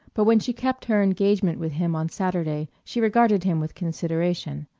but when she kept her engagement with him on saturday she regarded him with consideration.